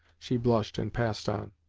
she blushed and passed on.